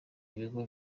ibigo